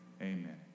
Amen